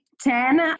Ten